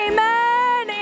Amen